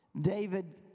David